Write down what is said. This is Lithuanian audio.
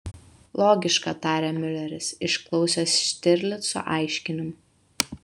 logiška tarė miuleris išklausęs štirlico aiškinimų